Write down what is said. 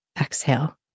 exhale